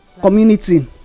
community